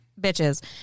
bitches